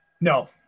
No